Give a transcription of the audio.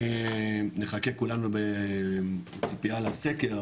נחכה כולנו בציפיה לסקר,